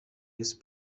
gusa